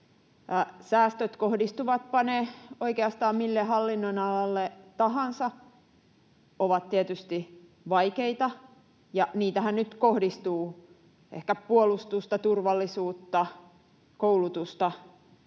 Säästöt, kohdistuvatpa ne oikeastaan mille hallinnonalalle tahansa, ovat tietysti vaikeita, ja niitähän nyt kohdistuu ehkä puolustusta, turvallisuutta ja koulutusta